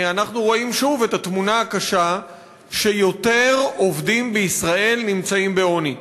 אנחנו רואים שוב את התמונה הקשה שיותר עובדים בישראל נמצאים בעוני.